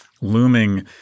looming